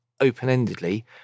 open-endedly